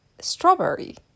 strawberry